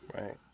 Right